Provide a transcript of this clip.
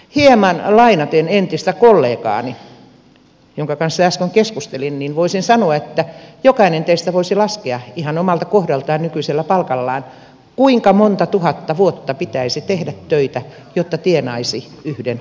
hieman lainaten entistä kollegaani jonka kanssa äsken keskustelin voisin sanoa että jokainen teistä voisi laskea ihan omalta kohdaltaan nykyisellä palkallaan kuinka monta tuhatta vuotta pitäisi tehdä töitä jotta tienaisi yhden